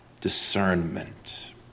Discernment